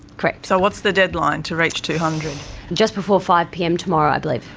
correct. so what's the deadline to reach two hundred just before five pm tomorrow, i believe.